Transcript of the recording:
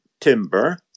timber